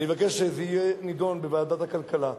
אני מבקש שזה יידון בוועדת הכלכלה,